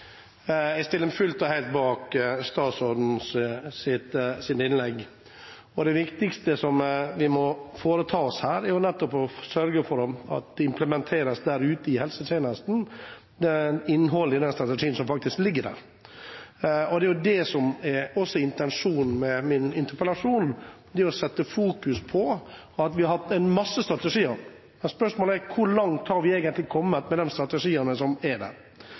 Jeg stiller meg fullt og helt bak statsrådens innlegg. Det viktigste som vi må foreta oss her, er å sørge for at innholdet i den strategien som foreligger, implementeres ute i helsetjenesten. Det er det som også er intensjonen med min interpellasjon: å fokusere på at vi har hatt en masse strategier. Spørsmålet er: Hvor langt har vi egentlig kommet med disse strategiene? Det går på kapasitet, det går på evne og vilje til å omstille seg, og det går på det som har med det forebyggende å gjøre. Hvordan kommer det